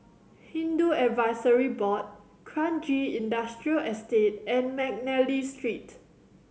Hindu Advisory Board Kranji Industrial Estate and McNally Street